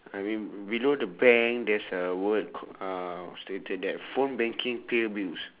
I mean below the bank there's a word uh stated that phone banking pay bills